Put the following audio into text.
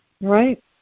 right